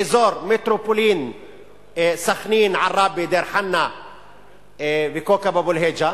באזור מטרופולין סח'נין-עראבה-דיר-חנא וכאוכב אבו-אל-היג'ה,